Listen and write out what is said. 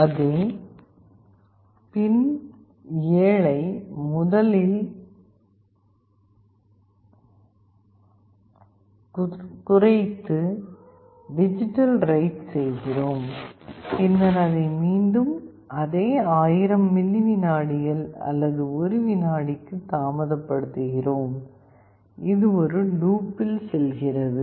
அதே பின் 7ஐ முதல் குறைத்து டிஜிட்டல் ரைட் செய்கிறோம் பின்னர் அதை மீண்டும் அதே 1000 மில்லி விநாடிகள் அல்லது 1 விநாடிக்கு தாமதப்படுத்துகிறோம் இது ஒரு லூப்பில் செல்கிறது